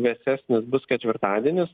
vėsesnis bus ketvirtadienis